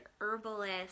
herbalist